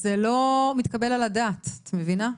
זה לא מתקבל על הדעת, את מבינה?